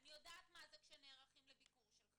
אני יודעת מה זה כשנערכים לביקור שלך.